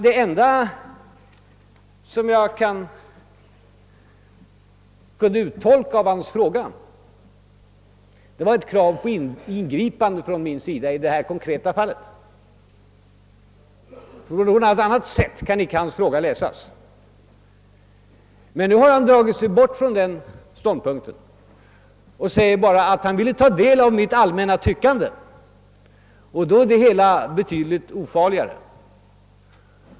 Den enda uttolkning jag kunde göra av hans fråga var nämligen att den innebar ett krav på ingripande från min sida i detta konkreta fall. På något annat sätt kan hans fråga icke läsas. Nu har han avlägsnat sig från denna ståndpunkt och säger att han bara ville ta del av mitt allmänna tyckande, och det gör frågan betydligt ofarligare.